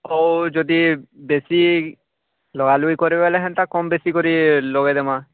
ହଉ ଯଦି ବେଶୀ ଲଗା ଲୁଗି କରିବେ ବୋଲେ ସେମିତି କମ ବେଶୀ କରି ଲଗେଇ ଦେବା